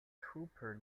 trooper